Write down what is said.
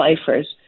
ciphers